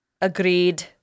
agreed